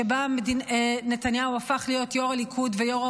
שבה נתניהו הפך להיות יו"ר הליכוד וראש